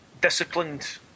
disciplined